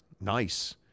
Nice